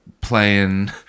playing